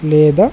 లేదా